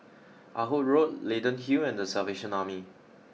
Ah Hood Road Leyden Hill and the Salvation Army